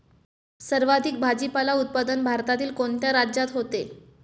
सर्वाधिक भाजीपाला उत्पादन भारतातील कोणत्या राज्यात होते?